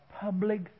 public